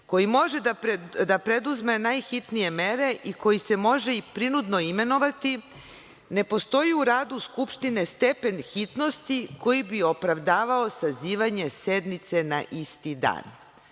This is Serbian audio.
koji može da preduzme najhitnije mere i koji se može i prinudno imenovati, ne postoji u radu Skupštine stepen hitnosti koji bi opravdavao sazivanje sednice na isti